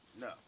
No